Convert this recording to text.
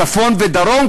צפון ודרום,